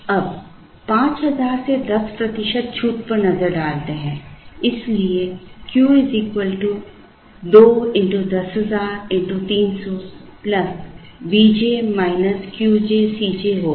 अब 5000 से 10 प्रतिशत छूट पर नजर डालते हैं इसलिए Q 2 x10000 x 300 Vj qj Cjहोगा